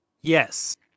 Yes